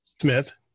Smith